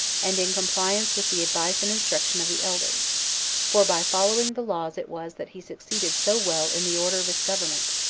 and in compliance with the advice and instruction of the elders for by following the laws it was that he succeeded so well in the order of his government,